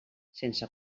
sense